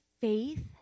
faith